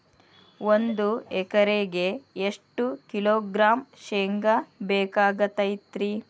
ಒಂದು ಎಕರೆಗೆ ಎಷ್ಟು ಕಿಲೋಗ್ರಾಂ ಶೇಂಗಾ ಬೇಕಾಗತೈತ್ರಿ?